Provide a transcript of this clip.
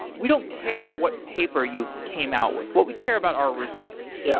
we don't care what paper you came out with. what we care about are results. yeah